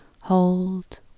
hold